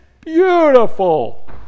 beautiful